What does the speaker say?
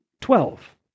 Twelve